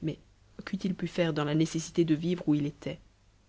mais queût i pu faire dans la nécessité de vivre où il était